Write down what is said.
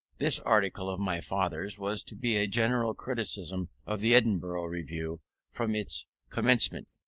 this article of my father's was to be a general criticism of the edinburgh review from its commencement.